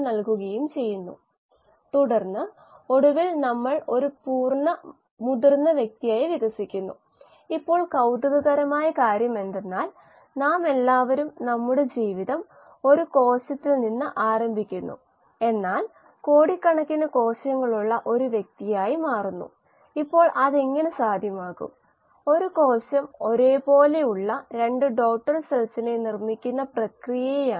നമ്മൾ മോഡ്യൂൾ 3 ന്റെ അവസാനമാണ്